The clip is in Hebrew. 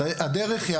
הדרך היא